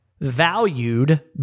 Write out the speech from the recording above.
valued